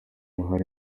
buhari